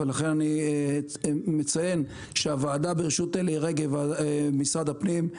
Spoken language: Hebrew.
ולכן אני מציין שהוועדה בראשות אלי רגב ממשרד הפנים,